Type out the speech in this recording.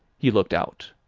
he looked out.